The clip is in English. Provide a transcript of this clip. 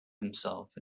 himself